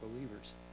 believers